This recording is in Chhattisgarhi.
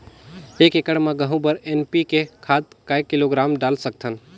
एक एकड़ गहूं बर एन.पी.के खाद काय किलोग्राम डाल सकथन?